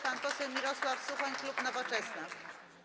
Pan poseł Mirosław Suchoń, klub Nowoczesna.